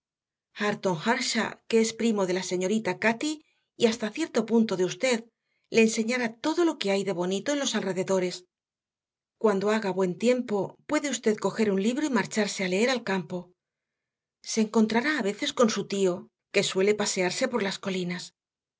hareton earnshaw que es primo de la señorita cati y hasta cierto punto de usted le enseñará todo lo que hay de bonito en los alrededores cuando haga buen tiempo puede usted coger un libro y marcharse a leer al campo se encontrará a veces con su tío que suele pasearse por las colinas